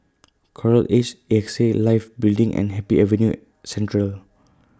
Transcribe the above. Coral Edge A X A Life Building and Happy Avenue Central